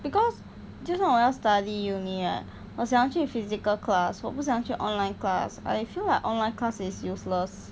because 就算我要 study uni ah 我想要去 physical class 我不想去 online class I feel like online class is useless